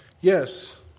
yes